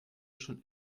schon